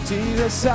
Jesus